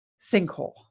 sinkhole